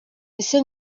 ese